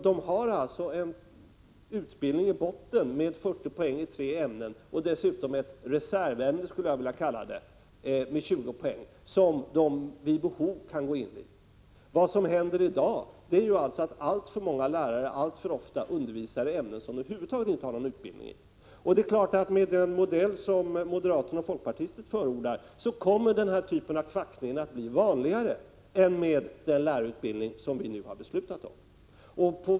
De har alltså en utbildning i botten med 40 poäng i tre ämnen och dessutom ett reservämne, skulle jag vilja kalla det, med 20 poäng som de vid behov kan undervisa i. Vad som händer i dag är att alltför många lärare alltför ofta undervisar i ämnen som de över huvud taget inte har någon utbildningi. Det är klart att med den modell som moderater och folkpartister förordar kommer denna typ av kvackning att bli vanligare än med den lärarutbildning vi har beslutat om.